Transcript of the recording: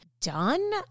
done